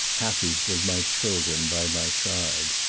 happy with my children by my side.